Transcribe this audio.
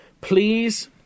Please